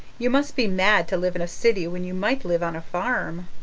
you must be mad to live in a city when you might live on a farm.